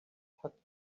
tucked